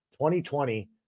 2020